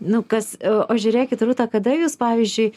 nu kas o o žiūrėkit rūta kada jūs pavyzdžiui